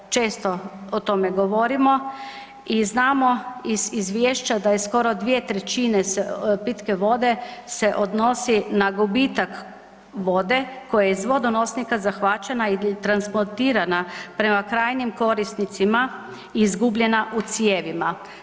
Često o tome govorimo i znamo iz izvješća da je skoro 2/3 pitke vode se odnosi na gubitak vode koje je iz vodonosnika zahvaćena i transportirana prema krajnjim korisnicima izgubljena u cijevima.